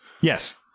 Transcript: yes